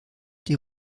die